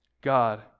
God